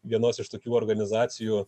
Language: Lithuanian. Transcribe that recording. vienos iš tokių organizacijų